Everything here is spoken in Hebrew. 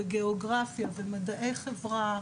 גיאוגרפיה, מדעי חברה,